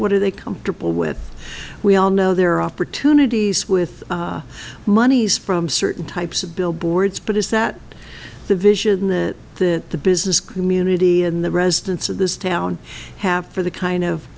what are they comfortable with we all know there are opportunities with monies from certain types of billboards but is that the vision that the the business community and the residents of this town have for the kind of